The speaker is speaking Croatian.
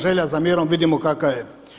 Želja za mirom vidimo kakva je.